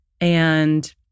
And-